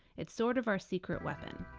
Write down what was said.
it's sort of our secret weapon.